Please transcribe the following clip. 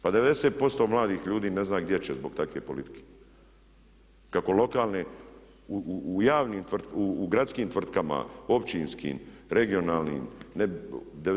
Pa 90% mladih ljudi ne zna gdje će zbog takve politike, kako lokalne u gradskim tvrtkama, općinskim, regionalnim.